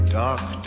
dark